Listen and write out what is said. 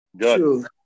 Good